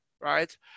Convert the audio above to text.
right